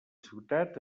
ciutat